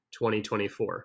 2024